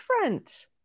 different